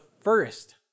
first